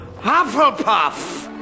Hufflepuff